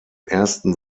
ersten